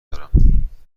دارم